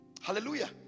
Hallelujah